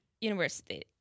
university